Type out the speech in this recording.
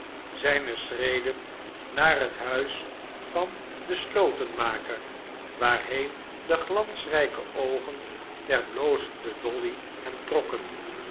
zijne schreden naar het huis van den slotenmaker waarheen de glansrijke oogen der blozende dolly hem